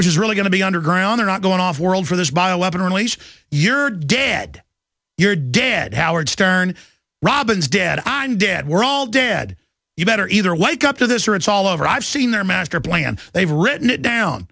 which is really going to be underground or not going off world for this bio weapon release your dad your dad howard stern robin's dead i'm dead we're all dead you better either wake up to this or it's all over i've seen their master plan they've written it down